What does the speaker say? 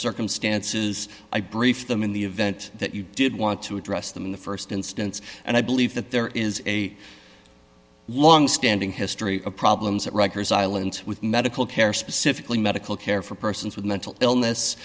circumstances i briefed them in the event that you did want to address them in the st instance and i believe that there is a longstanding history of problems at rikers island with medical care specifically medical care for persons with mental illness